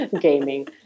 gaming